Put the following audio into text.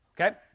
Okay